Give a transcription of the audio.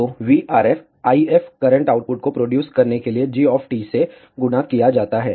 तोVRF IF current output को produce करने के लिए g से गुणा किया जाता है